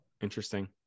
Interesting